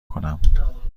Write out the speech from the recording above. کنم